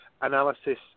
analysis